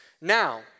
Now